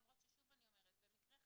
למרות ששוב אני אומרת במקרה חירום,